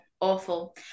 awful